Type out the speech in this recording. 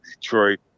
Detroit